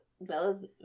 Bella's